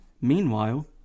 Meanwhile